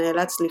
נאלץ לפרוש.